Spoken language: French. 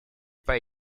pas